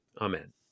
amen